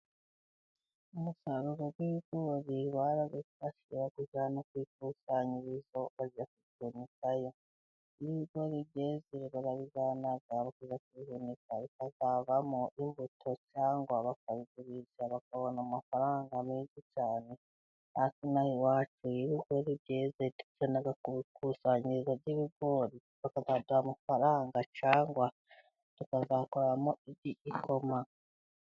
Umusaruro w'ibigori barabifashe babijyana kwikusanyirizo bajya kubyanikayo iyo ibigori byeze bajya kubihunikayo bikozavamo imbuto cyangwa bakabigurisha bakabona amafaranga menshi cyane iwacu inaho iyo byeze tujya kukusanyirizo y'ibigo bakaduha amafaranga cyangwa tukazakoramo igikoma.